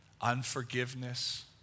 unforgiveness